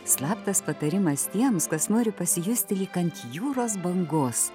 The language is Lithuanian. slaptas patarimas tiems kas nori pasijusti lyg ant jūros bangos